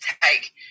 take